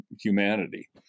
humanity